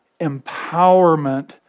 empowerment